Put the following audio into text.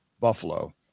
Buffalo